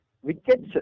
Wickets